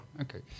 Okay